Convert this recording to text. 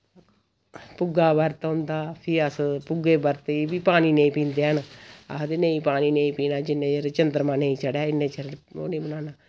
भुग्गे दा बरत औंदा फ्ही अस भुग्गे दे बरतै गी बी पानी नेईं पींदे हैन आखदे नेईं पानी नेईं पीना जिन्ने चिर चंद्रमां नेईं चढ़ै इन्ने चिर ओह् नी बनाना